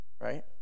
Right